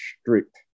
strict